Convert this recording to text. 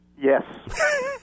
Yes